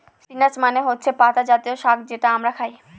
spinach মানে হচ্ছে পাতা জাতীয় শাক যেটা আমরা খায়